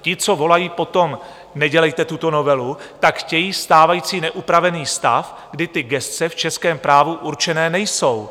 Ti, co volají po tom, nedělejte tuto novelu, chtějí stávající neupravený stav, kdy ty gesce v českém právu určené nejsou.